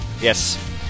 Yes